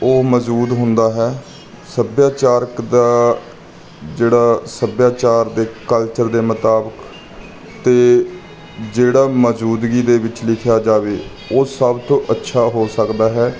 ਉਹ ਮੌਜ਼ੂਦ ਹੁੰਦਾ ਹੈ ਸੱਭਿਆਚਾਰਕ ਦਾ ਜਿਹੜਾ ਸੱਭਿਆਚਾਰ ਦੇ ਕਲਚਰ ਦੇ ਮੁਤਾਬਕ ਅਤੇ ਜਿਹੜਾ ਮੌਜ਼ੂਦਗੀ ਦੇ ਵਿੱਚ ਲਿਖਿਆ ਜਾਵੇ ਉਹ ਸਭ ਤੋਂ ਅੱਛਾ ਹੋ ਸਕਦਾ ਹੈ